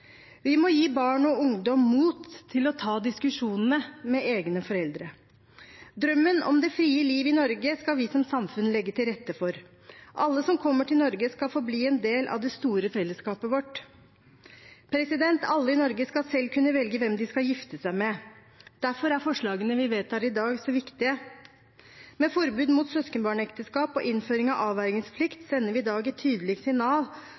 Vi må gi barn og unge mot til å ta diskusjonene med egne foreldre. Drømmen om det frie liv i Norge skal vi som samfunn legge til rette for. Alle som kommer til Norge, skal få bli en del av det store fellesskapet vårt. Alle i Norge skal selv kunne velge hvem de skal gifte seg med. Derfor er forslagene vi vedtar i dag, så viktige. Med forbud mot søskenbarnekteskap og innføring av avvergingsplikt sender vi i dag et tydelig signal